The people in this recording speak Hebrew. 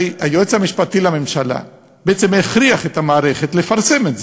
הרי היועץ המשפטי לממשלה בעצם הכריח את המערכת לפרסם את זה,